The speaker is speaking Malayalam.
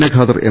A Khader M